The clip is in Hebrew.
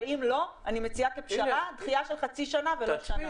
ואם לא אני מציעה כפשרה דחייה של חצי שנה ולא שנה.